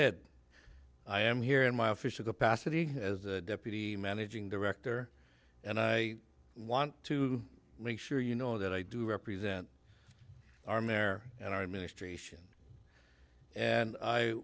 said i am here in my official capacity as a deputy managing director and i want to make sure you know that i do represent our mare and our ministration and i